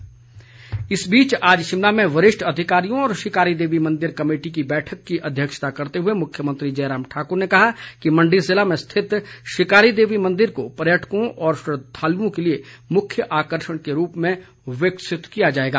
जयराम ठाकुर इस बीच आज शिमला में वरिष्ठ अधिकारियों और शिकारी देवी मंदिर कमेटी की बैठक की अध्यक्षता करते हुए मुख्यमंत्री जयराम ठाकुर ने कहा कि मंडी ज़िले में स्थित शिकारी देवी मंदिर को पर्यटकों व श्रद्धालुओं के लिए मुख्य आकर्षण के रूप में विकसित किया जाएगा